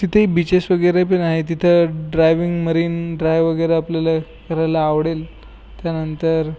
तिथेही बीचेस वगैरे पण आहे तिथं ड्राईव्हिंग मरिन ड्राईव्ह वगैरे आपल्याला करायला आवडेल त्यानंतर